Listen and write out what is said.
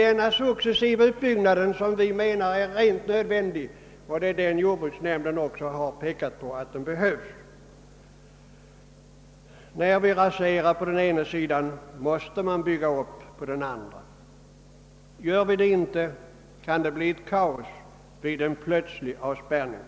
En successiv utbyggnad är sålunda nödvändig, och jordbruksnämnden har också pekat på att den behövs. När vi raserar på den ena sidan måste vi bygga upp på den andra. Gör vi inte det, kan det bli kaos vid en plötslig avspärrning.